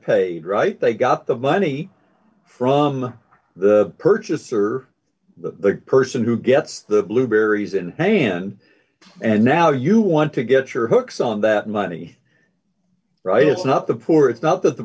paid right they got the money from the purchaser the person who gets the blueberries in hand and now you want to get your hooks on that money right it's not the poor it's not that the